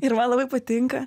ir man labai patinka